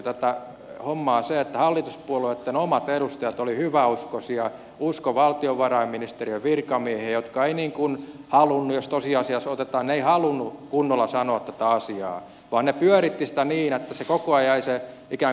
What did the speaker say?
tätä hommaahan myötävaikutti se että hallituspuolueitten omat edustajat olivat hyväuskoisia uskoivat valtiovarainministeriön virkamiehiä jotka eivät halunneet tosiasiassa kunnolla sanoa tätä asiaa vaan he pyörittivät sitä niin että koko ajan jäi ikään kuin se vastuu kuulijalle